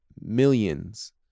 millions